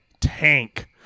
tank